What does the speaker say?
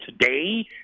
today